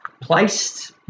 placed